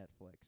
Netflix